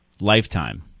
lifetime